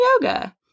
yoga